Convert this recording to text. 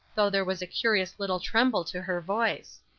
though there was a curious little tremble to her voice.